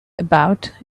about